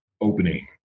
opening